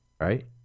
right